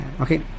Okay